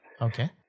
Okay